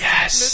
Yes